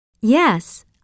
Yes